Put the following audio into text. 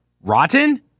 Rotten